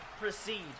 proceed